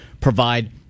provide